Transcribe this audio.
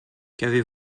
qu’avez